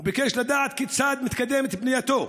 וביקש לדעת כיצד מתקדמת פנייתו,